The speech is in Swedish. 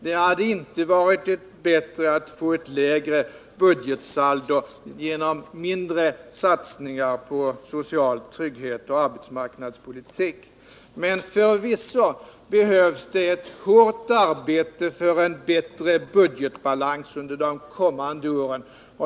Det hade inte varit bättre att få ett lägre budgetsaldo genom minskade satsningar på social trygghet och arbetsmarknadspolitik. Men förvisso behövs det ett hårt arbete för en bättre budgetbalans under de kommande åren.